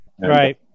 Right